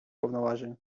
повноважень